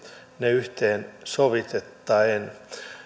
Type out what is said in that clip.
yhteen sovittaen